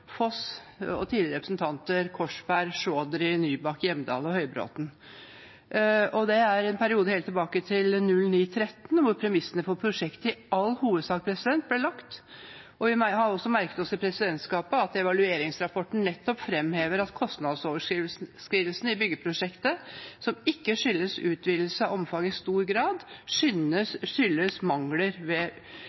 Foss og tidligere representanter Korsberg, Chaudhry, Nybakk, Hjemdal og Høybråten. Det er en periode helt tilbake til 2009–2013 hvor premissene for prosjektet i all hovedsak ble lagt. Vi har også merket oss i presidentskapet at evalueringsrapporten nettopp framhever at kostnadsoverskridelsene i byggeprosjektet som ikke skyldes utvidelse av omfang, i stor grad skyldes mangler ved